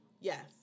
Yes